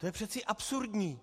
To je přece absurdní!